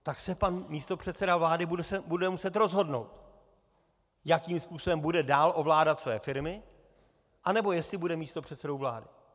Tak se pan místopředseda vlády bude muset rozhodnout, jakým způsobem bude dál ovládat své firmy, anebo jestli bude místopředsedou vlády.